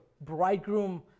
bridegroom